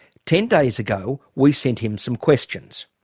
ten days ago, we sent him some questions.